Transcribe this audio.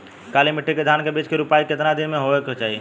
काली मिट्टी के धान के बिज के रूपाई कितना दिन मे होवे के चाही?